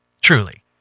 Truly